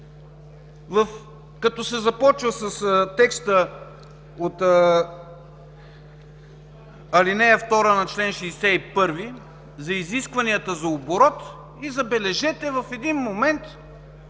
като се започва с текста от ал. 2 на чл. 61 за изискванията за оборот и, забележете, в един момент